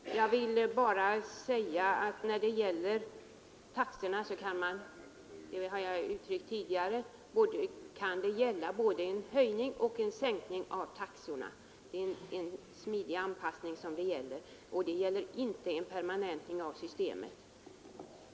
Om taxorna vill jag vidare bara säga — detta har jag också uttryckt tidigare — att det kan röra sig om både en höjning och en sänkning av dem för att få till stånd en smidig anpassning; däremot gäller det inte en permanentning av systemet.